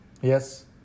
Yes